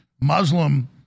Muslim